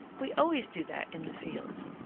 we always do that in the fields.